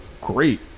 great